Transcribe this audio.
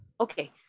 Okay